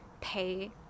pay